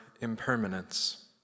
impermanence